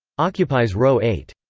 occupies row eight.